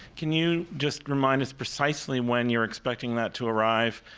can you just remind us precisely when you're expecting that to arrive,